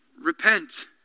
Repent